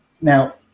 Now